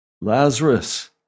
Lazarus